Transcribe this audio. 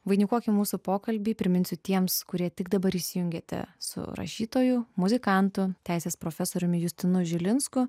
vainikuoja mūsų pokalbį priminsiu tiems kurie tik dabar įsijungiate su rašytoju muzikantu teisės profesoriumi justinu žilinsku